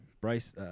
Bryce